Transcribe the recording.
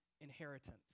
inheritance